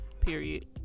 Period